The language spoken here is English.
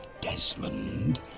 Desmond